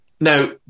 Now